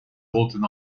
roten